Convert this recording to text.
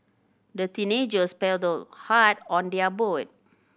the teenagers paddled hard on their boat